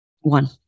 One